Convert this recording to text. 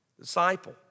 Disciple